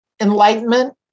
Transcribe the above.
Enlightenment